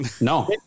No